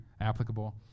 applicable